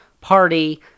party